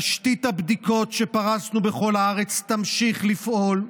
תשתית הבדיקות שפרסנו בכל הארץ תמשיך לפעול,